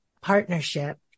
partnership